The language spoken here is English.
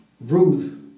Ruth